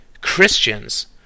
Christians